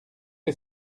que